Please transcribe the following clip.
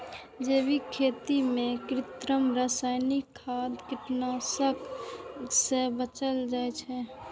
जैविक खेती मे कृत्रिम, रासायनिक खाद, कीटनाशक सं बचल जाइ छै